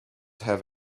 have